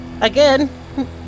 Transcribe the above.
Again